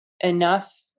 enough